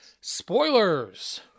spoilers